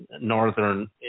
northern